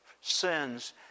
sins